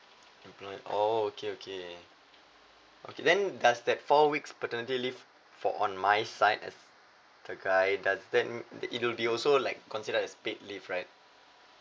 employer oh okay okay okay then does that four weeks paternity leave for on my side as the guy does that it will be also like consider as paid leave right